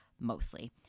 mostly